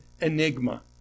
enigma